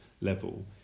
level